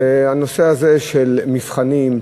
הנושא הזה של מבחנים,